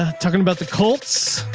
ah talking about the colts